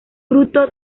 fruto